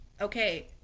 okay